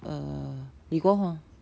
err 李国煌